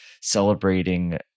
celebrating